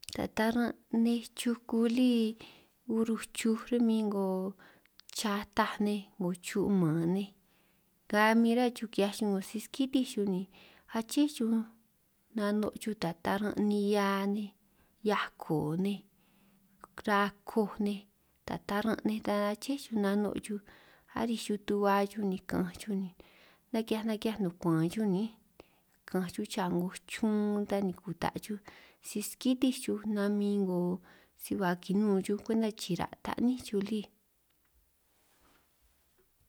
Ta taran' nej chuku lí uruj chuj ro'min 'ngo chataj nej 'ngo chu'man nej, nga min rá chuj ki'hiaj chuj 'ngo si-skitinj chuj ni aché chuj nano' chuj ta taran' nihia nej, hiako nej, raa koj nej, ta taran' nej tan aché nano' chuj arij chuj tu'ba chuj ni ka'anj chuj ni naki'hiaj naki'hiaj nukuan'anj chuj niínj, ka'anj chuj cha 'ngo chun ta ni kuta' chuj si-skitinj chuj na min 'ngo si ba kinun chuj kwenta chira' ta'ní chuj lí.